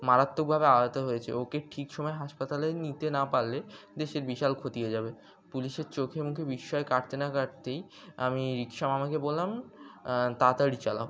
মারাত্মক ভাবে আহত হয়েছে ওকে ঠিক সময় হাসপাতালে নিতে না পারলে দেশের বিশাল ক্ষতি হয়ে যাবে পুলিশের চোখে মুখে বিস্ময় কাটতে না কাটতেই আমি রিকশা মামাকে বললাম তাড়াতাড়ি চালাও